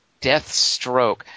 Deathstroke